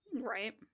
Right